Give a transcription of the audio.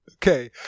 Okay